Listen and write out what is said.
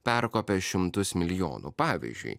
perkopė šimtus milijonų pavyzdžiui